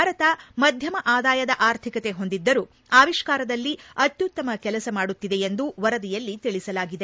ಭಾರತ ಮಧ್ಯಮ ಆದಾಯದ ಆರ್ಥಿಕತೆ ಹೊಂದಿದ್ದರೂ ಆವಿಷ್ಕಾ ರದಲ್ಲಿ ಅತ್ಯುತ್ತಮ ಕೆಲಸ ಮಾಡುತ್ತಿದೆ ಎಂದು ವರದಿಯಲ್ಲಿ ತಿಳಿಸಲಾಗಿದೆ